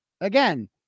again